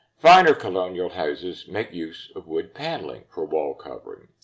finer colonial houses make use of wood paneling for wall covering.